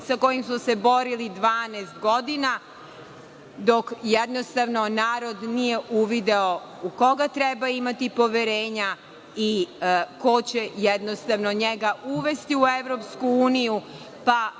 sa kojim smo se borili 12 godina, dok jednostavno narod nije uvideo u koga treba imati poverenja i ko će jednostavno njega uvesti u EU.Pa i